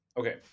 okay